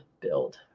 build